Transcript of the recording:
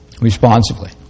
responsibly